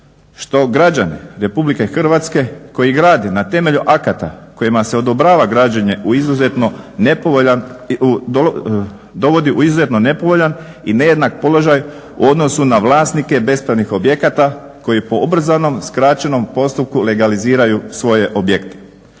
što građani Republike Hrvatske koji grade na temelju akata kojima se odobrava građenje dovodi u izuzetno nepovoljan i nejednak položaj u odnosu na vlasnike bespravnih objekata koji po ubrzanom, skraćenom postupku legaliziraju svoje objekte.